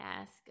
ask